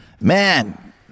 man